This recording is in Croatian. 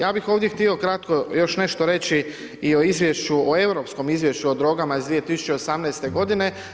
Ja bih ovdje htio kratko još nešto reći i o izvješću, o Europskom izvješću o drogama iz 2018. godine.